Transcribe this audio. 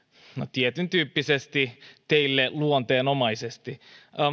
tietyntyyppisesti teille luonteenomaisesti